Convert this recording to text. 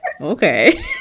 okay